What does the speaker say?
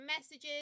messages